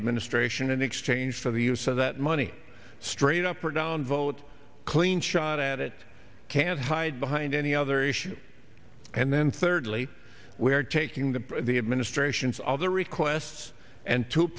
administration in exchange for the use of that money straight up or down vote clean shot at it can't hide behind any other issue and then thirdly we are taking the the administration's other requests and two